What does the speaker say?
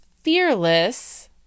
Fearless